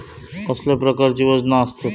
कसल्या प्रकारची वजना आसतत?